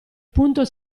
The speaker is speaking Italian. punto